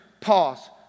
Pause